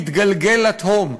מתגלגל לתהום.